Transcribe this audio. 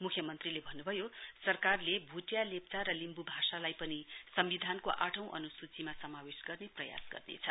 मुख्यमन्त्रीले भन्नु भयो सरकारले भुटिया लेप्चा र लिम्बू भाषालाई पनि संविधानको आठौं अनुसूचीमा समावेश गर्ने प्रयास गर्नेछ